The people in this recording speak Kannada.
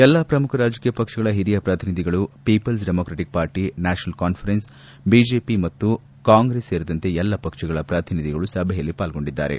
ಎಲ್ಲಾ ಪ್ರಮುಖ ರಾಜಕೀಯ ಪಕ್ಷಗಳ ಹಿರಿಯ ಪ್ರತಿನಿಧಿಗಳು People's Democratic Party National Conference BJP ಹಾಗೂ ಕಾಂಗ್ರೆಸ್ ಸೇರಿದಂತೆ ಎಲ್ಲ ಪಕ್ಷಗಳ ಪ್ರತಿನಿಧಿಗಳು ಸಭೆಯಲ್ಲಿ ಪಾಲ್ಗೊಂಡಿದ್ದಾರೆ